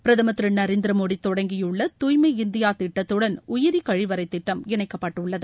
பிரதமர் திரு நரேந்திர மோடி தொடங்கியுள்ள தூய்மை இந்தியா திட்டத்துடன் உயிரி கழிவறை திட்டம் இணைக்கப்பட்டுள்ளது